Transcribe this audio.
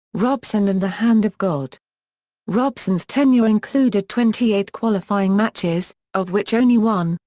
robson and the hand of god robson's tenure included twenty eight qualifying matches, of which only one,